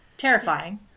terrifying